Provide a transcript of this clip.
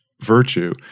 virtue